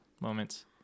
moments